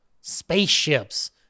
Spaceships